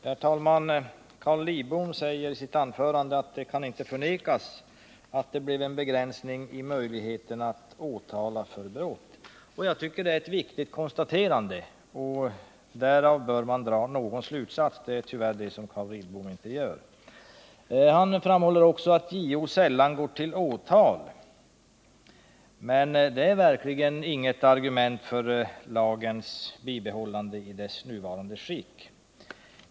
Herr talman! Carl Lidbom sade i sitt anförande att det inte kan förnekas att det blir en begränsning i möjligheterna att åtala för brott. Jag tycker att det är ett viktigt konstaterande, och därav bör man dra någon slutsats. Det är tyvärr det som Carl Lidbom inte gör. Han framhöll också att JO sällan går till åtal. Det är verkligen inte något argument för lagens bibehållande i dess nuvarande utformning.